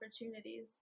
opportunities